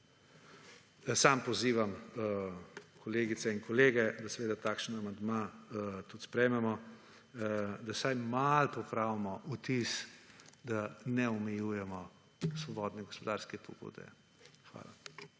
Sam pozivam kolegice in kolege, da takšen amandma tudi sprejmemo, da vsaj malo popravimo vtis, da ne omejujemo svobodne gospodarske pobude. Hvala.